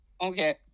Okay